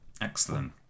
Excellent